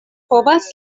povas